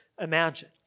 imagine